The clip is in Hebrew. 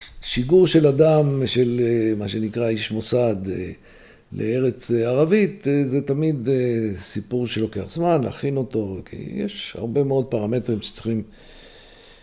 שיגור של אדם, של מה שנקרא איש מוסד לארץ ערבית, זה תמיד סיפור שלוקח זמן, להכין אותו כי יש הרבה מאוד פרמטרים שצריכים